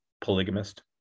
Polygamist